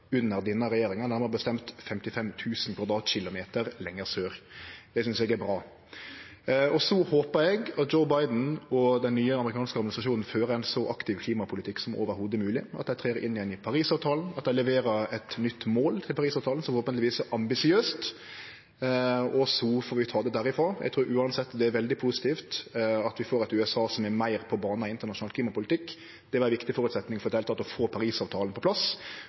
under denne regjeringa, nærmare bestemt 55 000 kvadratkilometer lenger sør. Det synest eg er bra. Så håper eg at Joe Biden og den nye amerikanske administrasjonen fører ein så aktiv klimapolitikk som mogleg, at dei trer inn igjen i Parisavtalen, og at dei leverer eit nytt mål etter Parisavtalen som forhåpentlegvis er ambisiøst. Så får vi ta det derifrå. Eg trur uansett det er veldig positivt at vi får eit USA som er meir på banen i internasjonal klimapolitikk. Det er ein viktig føresetnad for i det heile å få Parisavtalen på plass.